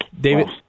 David